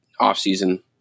offseason